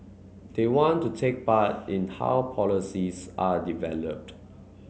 they want to take part in how policies are developed